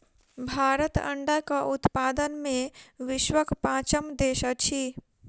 भारत अंडाक उत्पादन मे विश्वक पाँचम देश अछि